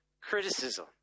criticism